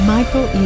Michael